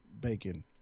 bacon